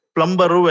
Plumber